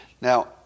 Now